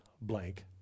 blank